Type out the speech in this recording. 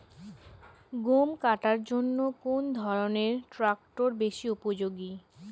গম কাটার জন্য কোন ধরণের ট্রাক্টর বেশি উপযোগী?